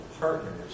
partners